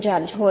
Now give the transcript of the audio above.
George होय